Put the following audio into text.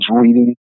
reading